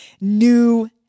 new